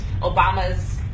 Obama's